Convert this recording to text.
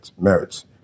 merits